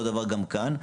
אותו דבר גם כאן.